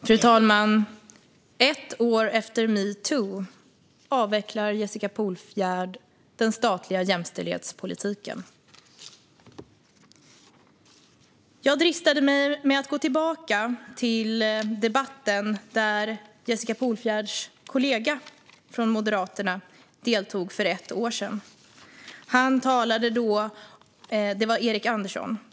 Fru talman! Ett år efter metoo avvecklar Jessica Polfjärd den statliga jämställdhetspolitiken. Jag dristade mig till att gå tillbaka till debatten för ett år sedan, där Jessica Polfjärds kollega från Moderaterna, Erik Andersson, deltog.